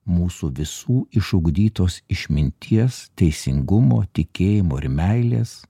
mūsų visų išugdytos išminties teisingumo tikėjimo ir meilės